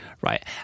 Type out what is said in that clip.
right